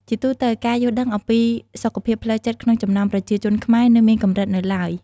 ជាទូទៅ ការយល់ដឹងអំពីសុខភាពផ្លូវចិត្តក្នុងចំណោមប្រជាជនខ្មែរនៅមានកម្រិតនៅឡើយ។